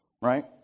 right